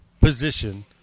position